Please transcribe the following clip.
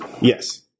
yes